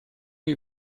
chi